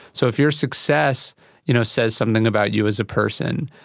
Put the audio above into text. so if your success you know says something about you as a person,